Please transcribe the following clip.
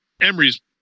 Emory's